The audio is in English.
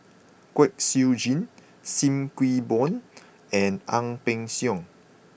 Kwek Siew Jin Sim Kee Boon and Ang Peng Siong